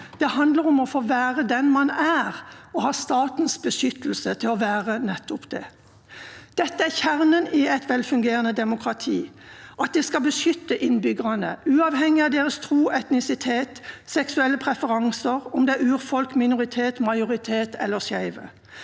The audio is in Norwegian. Det handler om å få være den man er, og ha statens beskyttelse til å være nettopp det. Dette er kjernen i et velfungerende demokrati: at det skal beskytte innbyggerne uavhengig av deres tro, etnisitet, seksuelle preferanser, om det er urfolk, minoritet, majoritet eller skeive.